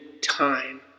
time